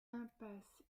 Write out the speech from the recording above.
impasse